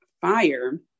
fire